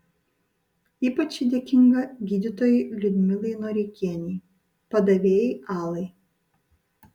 ypač ji dėkinga gydytojai liudmilai noreikienei padavėjai alai